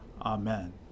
Amen